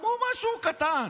כשאמרו משהו קטן,